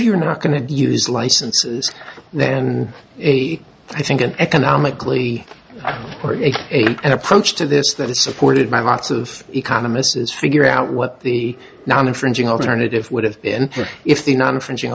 you're not going to use licenses then i think an economically and approach to this that is supported by lots of economists is figure out what the non infringing alternative would have been if the not infringing